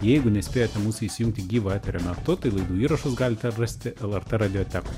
jeigu nespėjote mūsų įsijungti gyvo eterio metu tai laidų įrašus galite rasti lrt radiotekoj